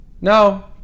No